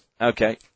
Okay